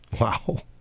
wow